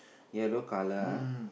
yellow colour ah